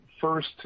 first